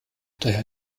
daher